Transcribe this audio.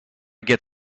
get